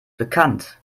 bekannt